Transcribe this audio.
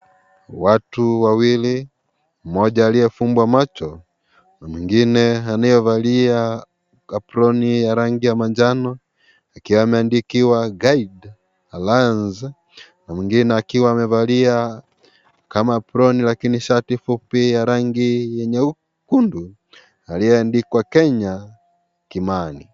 Watu wawili, mmoja aliyefumbwa macho na mwingine anayevalia aproni ya rangi ya manjano, akiwa ameandikiwa guide Alliance na mwingine akiwa amevalia kama aproni lakini shati fupi ya rangi ya nyekundu; aliye andikwa Kenya Kimani.